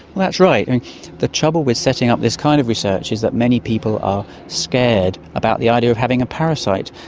that's right. and the trouble with setting up this kind of research is that many people are scared about the idea of having a parasite.